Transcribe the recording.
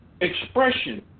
expression